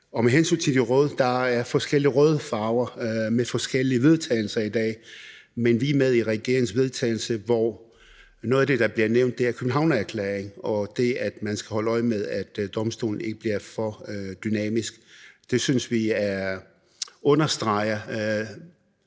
Med hensyn til de røde, har partierne forskellige røde farver, og de fremsætter forskellige forslag til vedtagelse i dag, men vi er med i regeringens forslag til vedtagelse, hvor noget af det, der bliver nævnt, er Københavnerklæringen og det, at man skal holde øje med, at domstolen ikke bliver for dynamisk. Det synes vi understreger